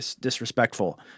disrespectful